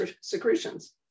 secretions